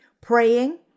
praying